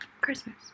Christmas